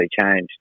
changed